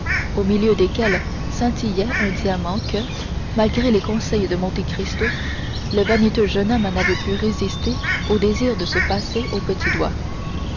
au milieu desquels scintillait un diamant que malgré les conseils de monte cristo le vaniteux jeune homme n'avait pu résister au désir de se passer au petit doigt